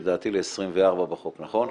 לדעתי, ל-24 בחוק, נכון?